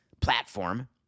platform